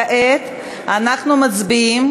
כעת אנחנו מצביעים,